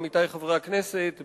עמיתי חברי הכנסת,